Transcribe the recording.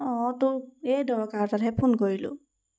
অঁ তোক এই দৰকাৰ এটাতহে ফোন কৰিলোঁ